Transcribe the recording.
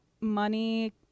money